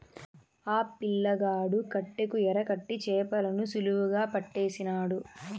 ఆ పిల్లగాడు కట్టెకు ఎరకట్టి చేపలను సులువుగా పట్టేసినాడు